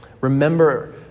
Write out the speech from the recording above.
Remember